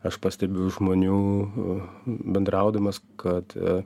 aš pastebiu žmonių bendraudamas kad